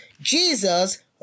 Jesus